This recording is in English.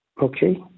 Okay